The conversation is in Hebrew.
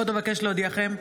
עוד אבקש להודיעכם,